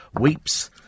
weeps